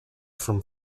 from